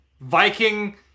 Viking